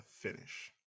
finish